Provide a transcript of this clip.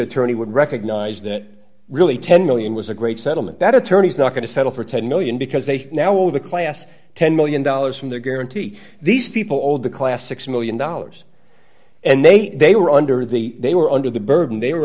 attorney would recognize that really ten million was a great settlement that attorney's not going to settle for ten million dollars because they now with a class ten million dollars from their guarantee these people of the class six million dollars and they they were under the they were under the burden they were